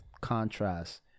contrast